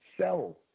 sell